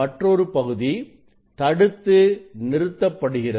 மற்றொரு பகுதி தடுத்து நிறுத்தப்படுகிறது